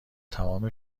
تمام